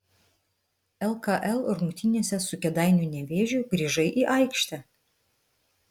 lkl rungtynėse su kėdainių nevėžiu grįžai į aikštę